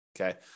Okay